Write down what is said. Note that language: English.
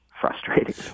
frustrating